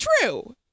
true